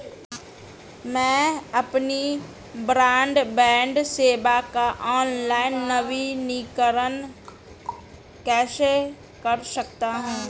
मैं अपनी ब्रॉडबैंड सेवा का ऑनलाइन नवीनीकरण कैसे कर सकता हूं?